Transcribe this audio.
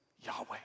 Yahweh